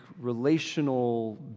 relational